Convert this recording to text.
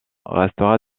restera